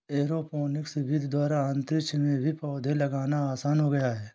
aeroponics विधि द्वारा अंतरिक्ष में भी पौधे लगाना आसान हो गया है